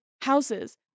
houses